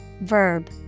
verb